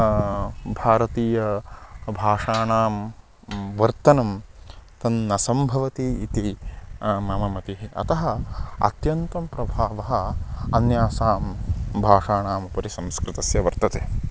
भारतीय भाषाणां वर्तनं तन्न सम्भवति इति मम मतिः अतः अत्यन्तं प्रभावः अन्यासां भाषाणाम् उपरि संस्कृतस्य वर्तते